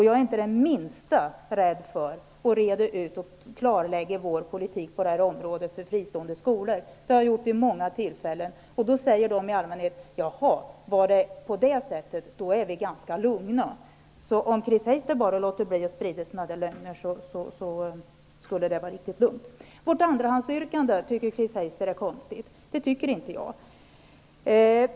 Jag är inte det minsta rädd för att reda ut och klarlägga vår politik när det gäller fristående skolor. Det har jag gjort vid många tillfällen. Då säger man i allmänhet: Jaha, var det på det sättet, men då är vi ganska lugna. Om Chris Heister bara lät bli att sprida lögner skulle det vara riktigt lugnt. Chris Heister tycker att vårt andrahandsyrkande är konstigt. Det tycker inte jag.